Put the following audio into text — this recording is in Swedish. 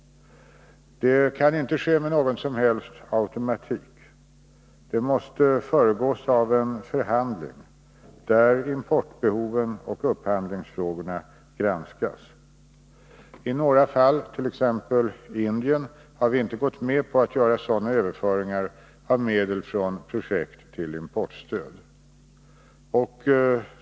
Det kan inte ske med någon som helst automatik utan måste föregås av en förhandling, där importbehoven och upphandlingsfrågorna granskas. I några fall, t.ex. när det gällt Indien, har vi inte gått med på att göra sådana överföringar av medel från projekt till importstöd.